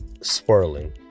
swirling